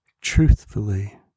truthfully